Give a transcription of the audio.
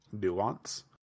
nuance